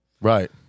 Right